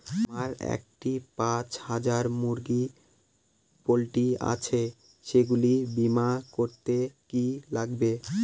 আমার একটি পাঁচ হাজার মুরগির পোলট্রি আছে সেগুলি বীমা করতে কি লাগবে?